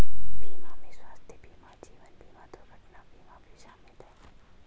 बीमा में स्वास्थय बीमा जीवन बिमा दुर्घटना बीमा भी शामिल है